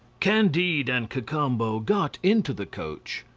candide and cacambo got into the coach,